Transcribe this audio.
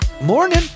Morning